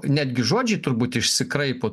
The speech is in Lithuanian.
netgi žodžiai turbūt išsikraipo